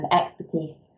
expertise